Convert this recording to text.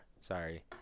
Sorry